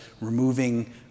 removing